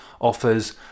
offers